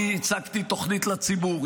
אני הצגתי תוכנית לציבור.